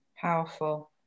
Powerful